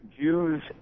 Jews